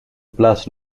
place